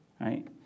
right